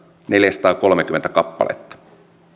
neljäsataakolmekymmentä kappaletta